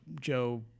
Joe